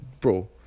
Bro